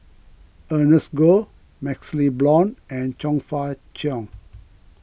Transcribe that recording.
Ernest Goh MaxLe Blond and Chong Fah Cheong